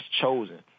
chosen